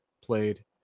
played